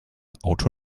auto